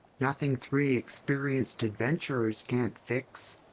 nothing three experienced adventurers can't fix.